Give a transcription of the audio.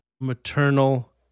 Maternal